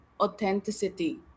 authenticity